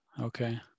Okay